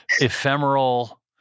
ephemeral